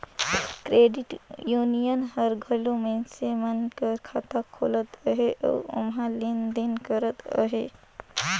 credit union हर घलो मइनसे मन कर खाता खोलत अहे अउ ओम्हां लेन देन करत अहे